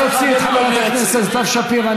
נא להוציא את חברת הכנסת סתיו שפיר.